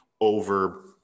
over